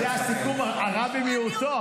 זה הסיכום, הרע במיעוטו.